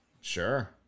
Sure